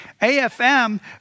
AFM